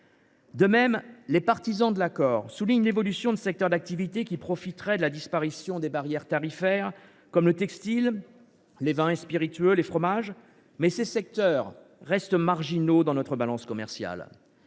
De même, les partisans de l’accord soulignent l’évolution de secteurs d’activité, qui profiteraient de la disparition des barrières tarifaires, comme le textile, les vins et spiritueux ou les fromages, mais ces secteurs restent marginaux dans notre balance commerciale.